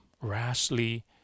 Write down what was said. rashly